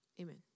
amen